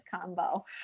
combo